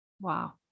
Wow